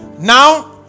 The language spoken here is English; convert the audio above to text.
Now